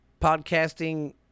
Podcasting